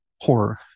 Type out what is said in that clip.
horror